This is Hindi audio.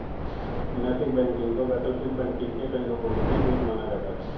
नैतिक बैंकिंग को वैकल्पिक बैंकिंग के कई रूपों में से एक माना जाता है